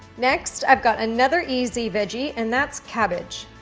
next i've got another easy veggie, and that's cabbage.